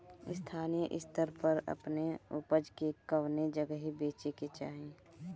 स्थानीय स्तर पर अपने ऊपज के कवने जगही बेचे के चाही?